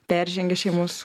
peržengia šeimos